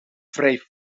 vrij